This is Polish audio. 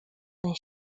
ten